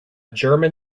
german